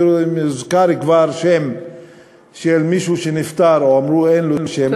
אני נזכר כבר בשם של מישהו שנפטר או שאמרו שאין לו שם,